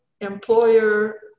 employer